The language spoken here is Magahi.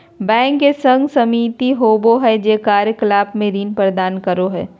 बैंक के संघ सम्मिलित होबो हइ जे कार्य कलाप में ऋण प्रदान करो हइ